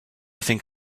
think